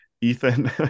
Ethan